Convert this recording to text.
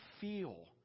feel